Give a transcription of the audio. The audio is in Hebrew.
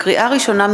לקריאה ראשונה,